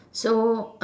so